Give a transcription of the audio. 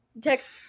Text